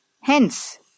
Hence